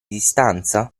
distanza